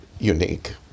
unique